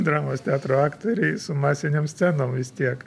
dramos teatro aktoriai su masinėm scenom vis tiek